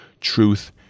Truth